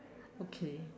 okay